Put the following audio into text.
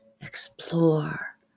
explore